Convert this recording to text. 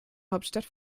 hauptstadt